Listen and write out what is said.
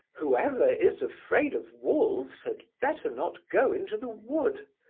whoever is afraid of wolves had better not go into the wood,